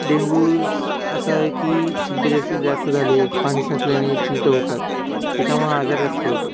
डेंगूचं असं आहे की चिलटं जास्त जास्त झाले पाणी साचल्याने चिलटं होतात त्याच्यामुळं आजार जास्त होतो